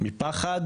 מפחד,